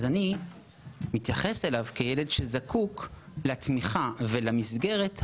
אני מתייחס אליו כילד שזקוק לתמיכה ולמסגרת הארעית.